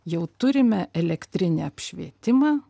jau turime elektrinį apšvietimą